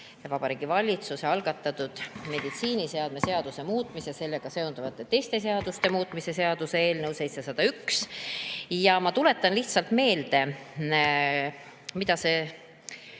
on Vabariigi Valitsuse algatatud meditsiiniseadme seaduse muutmise ja sellega seonduvalt teiste seaduste muutmise seaduse eelnõu 701. Ma tuletan lihtsalt meelde, mida see